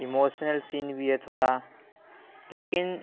emotional scene بھی ہے تھوڑا لیکن